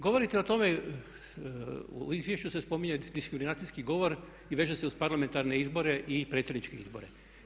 Govorite o tome, u izvješću se spominje diskriminacijski govor i veže se uz parlamentarne izbore i predsjedniče izbore.